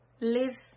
lives